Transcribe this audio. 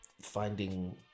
finding